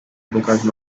because